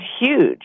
huge